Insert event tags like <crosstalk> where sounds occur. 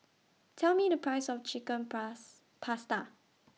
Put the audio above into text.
Tell Me The Price of Chicken <unintelligible> Pasta